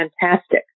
fantastic